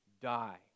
die